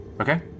Okay